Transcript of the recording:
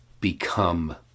become